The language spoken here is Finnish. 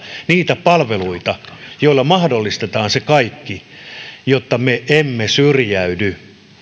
niitä palveluita joilla mahdollistetaan se kaikki ja jotta me emme syrjäydy